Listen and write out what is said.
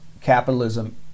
capitalism